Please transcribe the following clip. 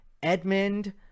Edmund